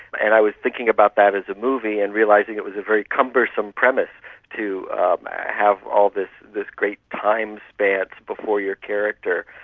and i was thinking about that as a movie and realising it was very cumbersome premise to have all this this great time spans before your character.